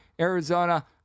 Arizona